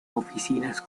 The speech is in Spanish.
oficinas